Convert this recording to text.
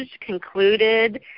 concluded